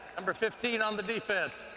number fifteen on the defense.